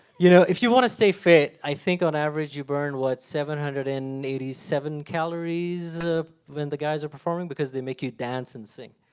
you know if you want to stay fit, i think on average you burn, what, seven hundred and eighty seven calories ah when the guys are performing, because they make you dance and sing.